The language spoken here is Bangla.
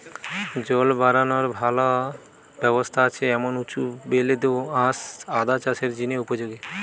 জল বারানার ভালা ব্যবস্থা আছে এমন উঁচু বেলে দো আঁশ আদা চাষের জিনে উপযোগী